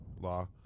law